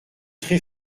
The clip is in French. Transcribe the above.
très